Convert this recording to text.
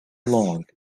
long